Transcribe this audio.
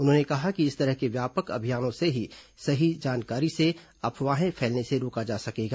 उन्होंने कहा कि इस तरह के व्यापक अभियानों में ही सही जानकारी से अफवाहें फैलने से रोका जा सकेगा